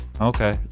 okay